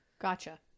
Gotcha